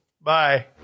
Bye